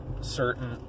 certain